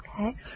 Okay